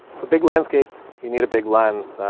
for big landscapes, you need a big lens,